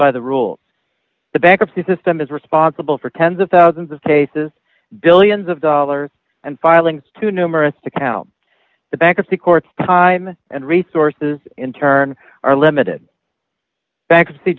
by the rules the bankruptcy system is responsible for tens of thousands of cases billions of dollars and filings too numerous to count the bankruptcy courts time and resources in turn are limited bankruptcy